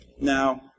Now